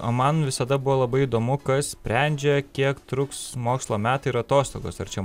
o man visada buvo labai įdomu kas sprendžia kiek truks mokslo metai ir atostogos ar čia